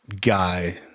guy